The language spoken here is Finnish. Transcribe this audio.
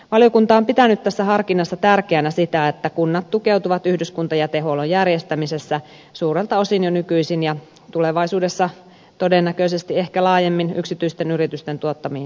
valiokunta on pitänyt tässä harkinnassa tärkeänä sitä että kunnat tukeutuvat yhdyskuntajätehuollon järjestämisessä suurelta osin jo nykyisin ja tulevaisuudessa todennäköisesti ehkä laajemmin yksityisten yritysten tuottamiin jätehuoltopalveluihin